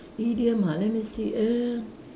idiom ah let me see err